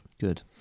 Good